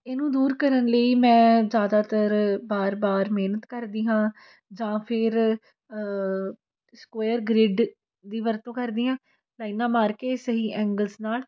ਇਹਨੂੰ ਦੂਰ ਕਰਨ ਲਈ ਮੈਂ ਜ਼ਿਆਦਾਤਰ ਵਾਰ ਵਾਰ ਮਿਹਨਤ ਕਰਦੀ ਹਾਂ ਜਾਂ ਫਿਰ ਸਕੁਏਅਰ ਗਰਿੱਡ ਦੀ ਵਰਤੋਂ ਕਰਦੀ ਹਾਂ ਲਾਈਨਾਂ ਮਾਰ ਕੇ ਸਹੀ ਐਂਗਲਸ ਨਾਲ